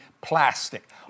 plastic